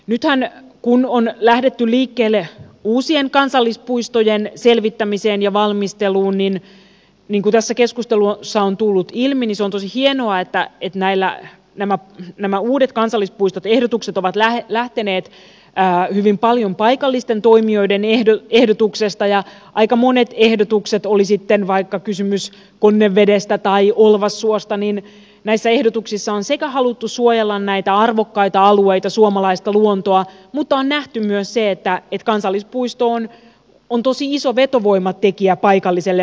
nyt kun on lähdetty liikkeelle uusien kansallispuistojen selvittämisessä ja valmistelussa niin niin kuin tässä keskustelussa on tullut ilmi se on tosi hienoa että nämä uudet kansallispuistoehdotukset ovat lähteneet hyvin paljon paikallisten toimijoiden ehdotuksesta ja aika monissa ehdotuksissa oli sitten vaikka kysymys konnevedestä tai olvassuosta on haluttu suojella näitä arvokkaita alueita suomalaista luontoa mutta nähty myös se että kansallispuisto on tosi iso vetovoimatekijä paikalliselle matkailulle